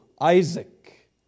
Isaac